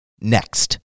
next